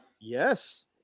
Yes